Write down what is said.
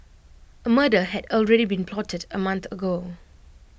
A murder had already been plotted A month ago